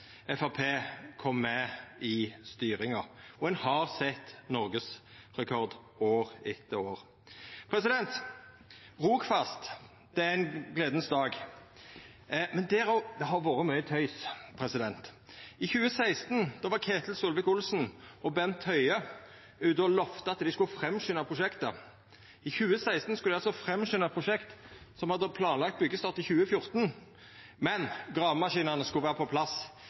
kom med i styringa. Og ein har sett noregsrekord år etter år. Når det gjeld Rogfast, er det grunn til å vera glad i dag, men det har vore mykje tøys. I 2016 var Ketil Solvik-Olsen og Bent Høie ute og lovde at dei skulle påskunda prosjektet. I 2016 skulle ein altså påskunda eit prosjekt som hadde planlagt byggjestart i 2014. Men gravemaskinane skulle vera på plass